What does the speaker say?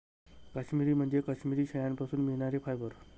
काश्मिरी म्हणजे काश्मिरी शेळ्यांपासून मिळणारे फायबर